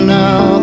now